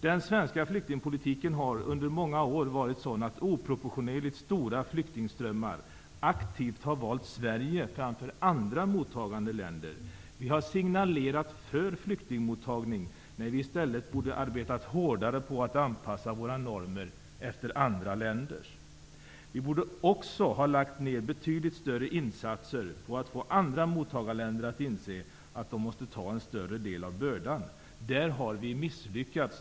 Den svenska flyktingpolitiken har under många år inneburit att oproportionerligt stora flyktingströmmar aktivt har valt Sverige framför andra mottagande länder. Vi har i Sverige signalerat för flyktingmottagning när vi i stället borde ha arbetat hårdare för att anpassa våra normer efter andra länders. Vi borde också ha lagt ned betydligt större insatser för att få andra mottagarländer att inse att de måste bära en större del av bördan. I det avseendet har vi misslyckats.